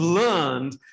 learned